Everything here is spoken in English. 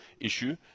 issue